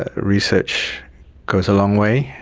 ah research goes a long way.